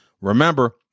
Remember